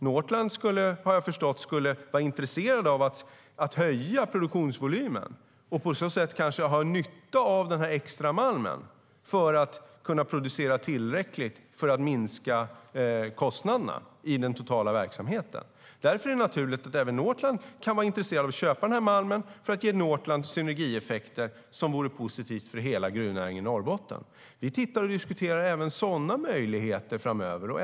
Jag har förstått att Northland skulle vara intresserat av att höja produktionsvolymen och på så sätt kanske ha nytta av extramalmen för att kunna producera tillräckligt och minska kostnaderna i den totala verksamheten. Vi tittar på och diskuterar sådana möjligheter framöver.